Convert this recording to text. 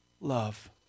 love